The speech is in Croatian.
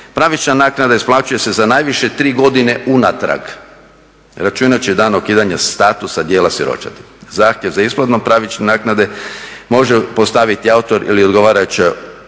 Pravična naknada isplaćuje se za najviše tri godine unatrag, računajući dan ukidanja statusa djela siročadi. Zahtjev za isplatnom pravičnom naknade može postaviti autor ili odgovarajuća